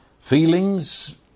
Feelings